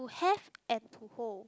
to have and to hold